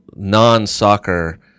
non-soccer